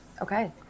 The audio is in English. Okay